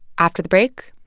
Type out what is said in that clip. after the break,